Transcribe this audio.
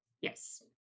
Yes